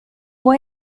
può